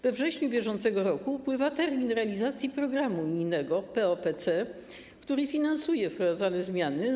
We wrześniu br. upływa termin realizacji programu unijnego POPC, który finansuje wprowadzane zmiany.